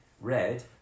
Red